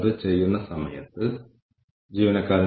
ഈ കാര്യങ്ങൾ പരസ്പരം എങ്ങനെ നിരന്തരം സ്വാധീനിക്കപ്പെടുന്നു